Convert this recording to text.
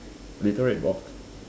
little red box